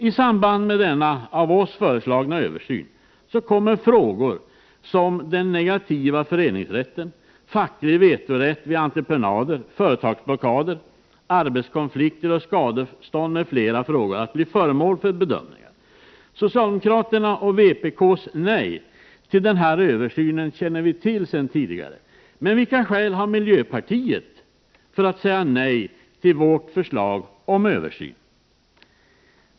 I samband med den av oss föreslagna översynen kommer frågor som den negativa föreningsrätten, facklig vetorätt vid entreprenader, företagsblockader, arbetskonflikter och skadestånd m.fl. frågor att bli föremål för bedömningar. Socialdemokraternas och vpk:s nej till denna översyn känner vi till sedan tidigare. Men vilka skäl har miljöpartiet för att säga nej till vårt förslag om en översyn?